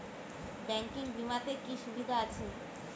Banking বিমাতে কি কি সুবিধা আছে?